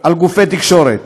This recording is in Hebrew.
על גופי תקשורת.